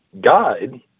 guide